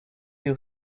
you